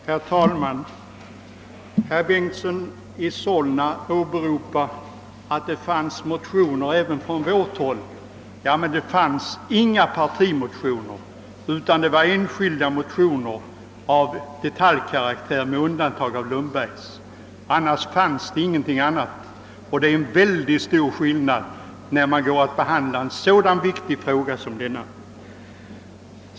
Herr talman! Herr Bengtson i Solna framhöll att det fanns motioner även från vårt håll när det gäller propositionen om hyresregleringens avskaffande. Ja, men det var inga partimotioner utan bara enskilda motioner av detaljkaraktär, med undantag av herr Lundbergs. Det är väldigt stor skillnad i en så viktig fråga som denna.